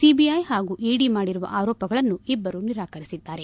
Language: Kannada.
ಸಿಬಿಐ ಹಾಗೂ ಇಡಿ ಮಾಡಿರುವ ಆರೋಪಗಳನ್ನು ಇಬ್ಬರು ನಿರಾಕರಿಸಿದ್ದಾರೆ